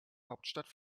hauptstadt